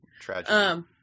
Tragic